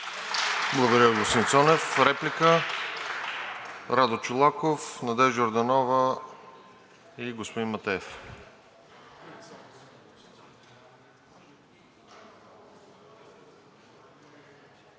Благодаря, господин Цонев. Реплика? Радомир Чолаков, Надежда Йорданова и господин Матеев.